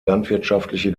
landwirtschaftliche